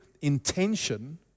intention